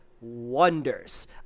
wonders